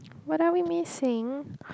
what are we missing